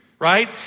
Right